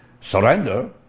surrender